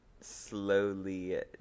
slowly